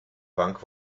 bank